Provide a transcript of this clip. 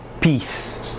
peace